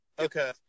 Okay